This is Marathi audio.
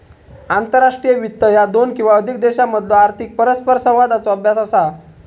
आंतरराष्ट्रीय वित्त ह्या दोन किंवा अधिक देशांमधलो आर्थिक परस्परसंवादाचो अभ्यास असा